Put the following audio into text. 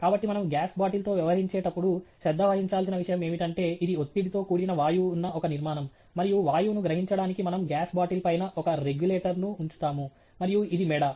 కాబట్టి మనము గ్యాస్ బాటిల్తో వ్యవహరించేటప్పుడు శ్రద్ధ వహించాల్సిన విషయం ఏమిటంటే ఇది ఒత్తిడితో కూడిన వాయువు ఉన్న ఒక నిర్మాణం మరియు వాయువును గ్రహించడానికి మనము గ్యాస్ బాటిల్ పైన ఒక రెగ్యులేటర్ ను ఉంచుతాము మరియు ఇది మెడ